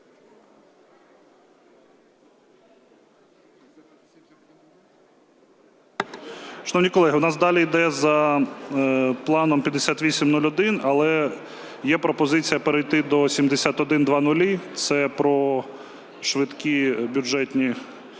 Шановні колеги, у нас далі йде за планом 5801, але є пропозиція перейти до 7100, це про швидкі бюджетні,